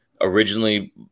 originally